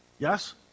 Yes